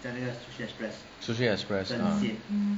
Sushi Express !huh!